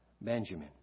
Benjamin